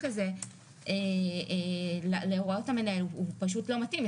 הזה להוראות המנהל הוא פשוט לא מתאים.